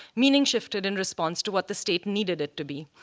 meaning shifted in response to what the state needed it to be,